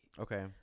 Okay